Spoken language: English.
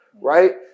Right